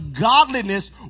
godliness